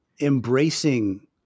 embracing